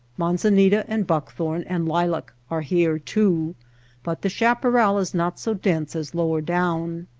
manzanita and buckthorn and lilac are here, too but the chaparral is not so dense as lower down.